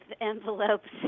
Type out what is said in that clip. envelopes